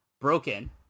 broken